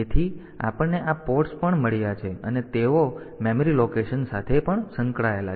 તેથી આપણને આ પોર્ટ્સ પણ મળ્યા છે અને તેઓ મેમરી લોકેશન સાથે પણ સંકળાયેલા છે